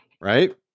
Right